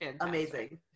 amazing